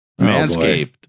Manscaped